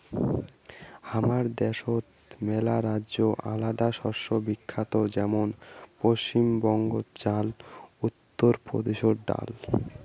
হামাদের দ্যাশোত মেলারাজ্যে আলাদা শস্য বিখ্যাত যেমন পশ্চিম বঙ্গতে চাল, উত্তর প্রদেশে ডাল